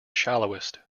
shallowest